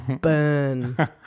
burn